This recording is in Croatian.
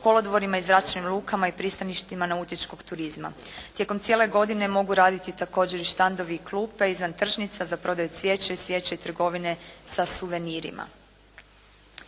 kolodvorima i zračnim lukama i pristaništima nautičkog turizma. Tijekom cijele godine mogu raditi također i štandovi i klupe izvan tržnica za prodaju cvijeća i cvijeća i trgovine sa suvenirima.